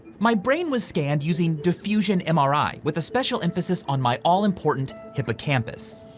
my brain was scanned using diffusion mri with a special emphasis on my all important hippocampus.